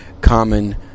common